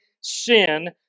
sin